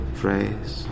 phrase